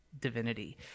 divinity